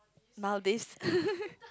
Maldives